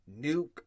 Nuke